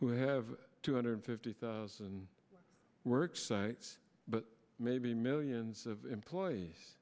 who have two hundred fifty thousand work sites but maybe millions of employees